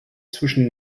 zwischen